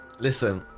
listen